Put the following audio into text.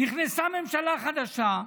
נכנסה ממשלה חדשה,